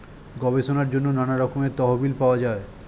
গবেষণার জন্য নানা রকমের তহবিল পাওয়া যায়